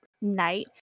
night